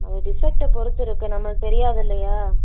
உங்க டிஃபெக்ட்டை பொறுத்து இருக்குது நம்மளுக்கு தெரியாது இல்லையா